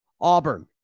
Auburn